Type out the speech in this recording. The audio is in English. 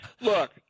Look